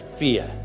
fear